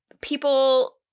people